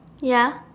ya